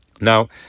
Now